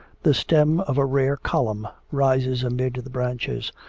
the stem of a rare column rises amid the branches,